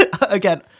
Again